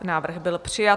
Návrh byl přijat.